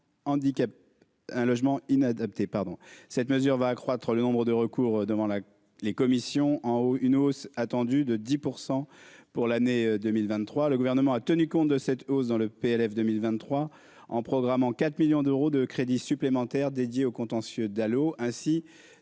cette mesure va accroître le nombre de recours devant la les commissions en haut une hausse attendue de 10 % pour l'année 2023, le gouvernement a tenu compte de cette hausse dans le PLF 2023 en programmant quatre millions d'euros de crédits supplémentaires dédiés au contentieux Dallo